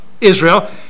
Israel